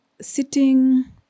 sitting